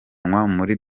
muri